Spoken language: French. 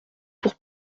pour